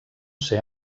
ser